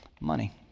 money